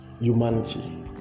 humanity